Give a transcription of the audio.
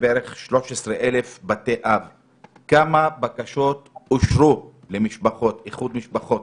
מ-22,000 --- האנשים מבקשים איחוד משפחות